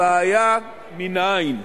הבעיה מנין?